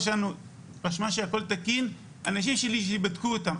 שלנו רשמה שהכל תקין ושאנשים שלה בדקו אותם.